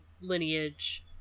lineage